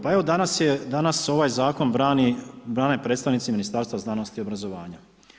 Pa evo, danas, ovaj zakon brane predstavnici Ministarstva znanosti i obrazovanja.